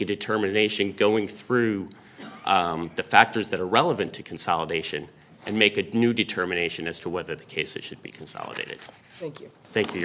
a determination going through the factors that are relevant to consolidation and make a new determination as to whether the case it should be consolidated